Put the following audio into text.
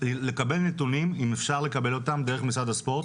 לקבל נתונים אם אפשר לקבל אותם, דרך משרד הספורט,